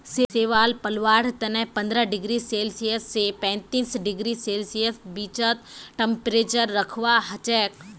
शैवाल पलवार तने पंद्रह डिग्री सेल्सियस स पैंतीस डिग्री सेल्सियसेर बीचत टेंपरेचर रखवा हछेक